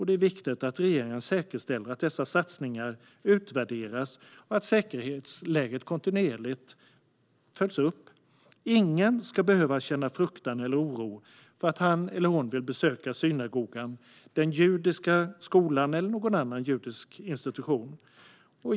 Det är viktigt att regeringen säkerställer att dessa satsningar utvärderas och att säkerhetsläget kontinuerligt följs upp. Ingen ska behöva känna fruktan eller oro för att han eller hon vill besöka synagogan, den judiska skolan eller någon annan judisk institution.